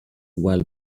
while